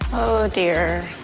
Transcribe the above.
oh, dear.